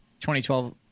2012